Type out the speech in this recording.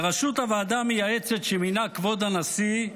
לראשות הוועדה המייעצת שמינה כבוד הנשיא,